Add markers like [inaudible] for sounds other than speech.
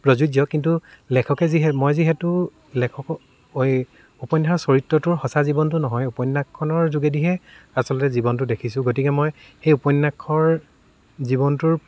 প্ৰযোজ্য কিন্তু লেখকে যিহে মই যিহেতু লেখকক [unintelligible] উপন্যাসৰ চৰিত্ৰটোৰ সঁচা জীৱনটো নহয় উপন্যাসখনৰ যোগেদিহে আচলতে জীৱনটো দেখিছোঁ গতিকে মই সেই উপন্যাসৰ জীৱনটোৰ